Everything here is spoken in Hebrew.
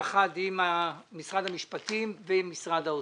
יחד עם משרד המשפטים ועם משרד האוצר.